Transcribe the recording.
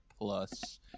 Plus